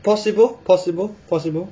possible possible possible